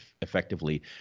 effectively